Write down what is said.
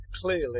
Clearly